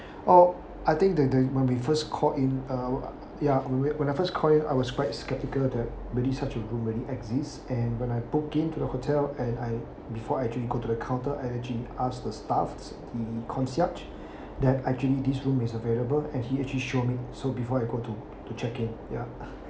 oh I think that they might be first called in uh ya we wait when I first called in I was quite skeptical that where this such the room already exists and when I book in to the hotel and I before I actually go to the counter and ask the staff the concierge that actually this room is available and he actually show me so before I go to to check in ya